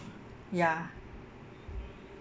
ya